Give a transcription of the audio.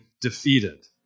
defeated